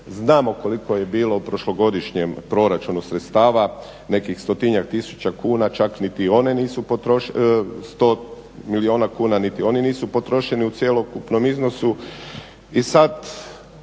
Znamo koliko je bilo u prošlogodišnjem proračunu sredstava, nekih stotinjak milijuna kuna, čak niti one nisu potrošene u cjelokupnom iznosu.